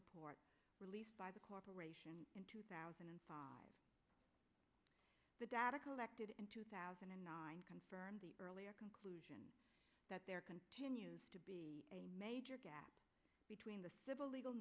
report released by the corporation in two thousand and five the data collected in two thousand and nine confirmed the earlier conclusion that there continues to be a major gap between the civil